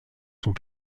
sont